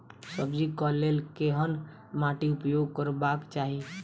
सब्जी कऽ लेल केहन माटि उपयोग करबाक चाहि?